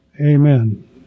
Amen